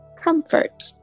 comfort